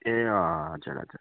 ए हजुर हजुर